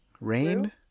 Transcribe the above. Rain